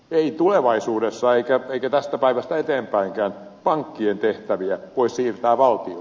ei tulevaisuudessa eikä tästä päivästä eteenpäinkään pankkien tehtäviä voi siirtää valtiolle